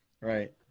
Right